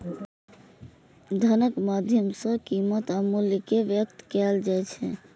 धनक माध्यम सं कीमत आ मूल्य कें व्यक्त कैल जाइ छै